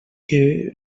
que